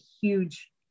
huge